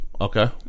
okay